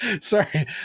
Sorry